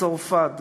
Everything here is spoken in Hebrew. צרפת,